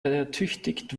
ertüchtigt